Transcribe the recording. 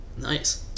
Nice